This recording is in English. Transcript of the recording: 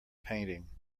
painting